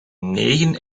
negen